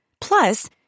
Plus